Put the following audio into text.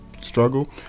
struggle